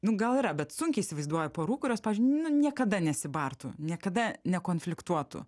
nu gal yra bet sunkiai įsivaizduoju porų kurios pavyzdžiui nu niekada nesibartų niekada nekonfliktuotų